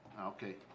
Okay